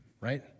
right